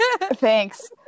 thanks